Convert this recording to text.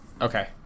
Okay